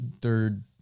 third